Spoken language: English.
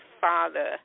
father